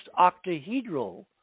octahedral